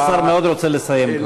השר מאוד רוצה לסיים כבר.